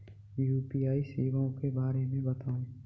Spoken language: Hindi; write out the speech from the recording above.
यू.पी.आई सेवाओं के बारे में बताएँ?